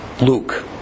Luke